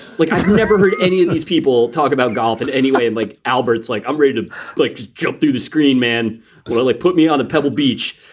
like, i've never heard any of these people talk about golf in any way. and like albats, like i'm ready to, like, just jump through the screen, man, and really put me on a pebble beach.